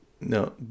No